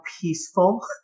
peaceful